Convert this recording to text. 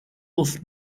los